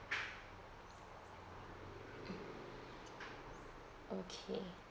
mm okay